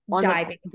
diving